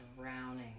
drowning